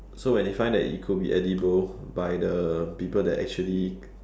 so when they find that it could be edible by the people that actually